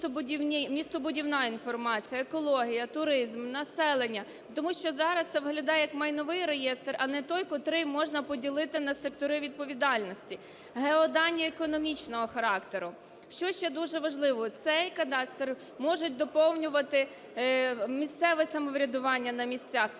містобудівна інформація, екологія, туризм, населення. Тому що зараз це виглядає як майновий реєстр, а не той, котрий можна поділити на сектори відповідальності, геодані економічного характеру. Що ще дуже важливо, цей кадастр можуть доповнювати місцеве самоврядування на місцях,